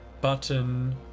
button